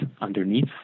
underneath